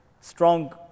strong